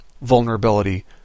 vulnerability